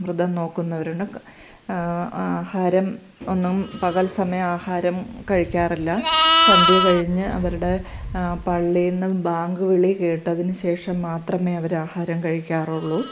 വ്രതം നോക്കുന്നവരുണ്ട് ആഹാരം ഒന്നും പകൽ സമയം ആഹാരം കഴിക്കാറില്ല സന്ധ്യ കഴിഞ്ഞ് അവരുടെ പള്ളിയിൽനിന്നും ബാങ്ക് വിളി കേട്ടതിന് ശേഷം മാത്രമേ അവർ ആഹാരം കഴിക്കാറുള്ളു